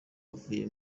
avuye